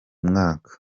mwaka